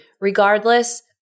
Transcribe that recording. Regardless